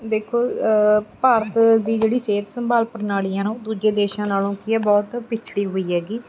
ਦੇਖੋ ਭਾਰਤ ਦੀ ਜਿਹੜੀ ਸਿਹਤ ਸੰਭਾਲ ਪ੍ਰਣਾਲੀ ਆ ਨਾ ਉਹ ਦੂਜੇ ਦੇਸ਼ਾਂ ਨਾਲੋਂ ਕੀ ਹੈ ਬਹੁਤ ਪਿਛੜੀ ਹੋਈ ਹੈਗੀ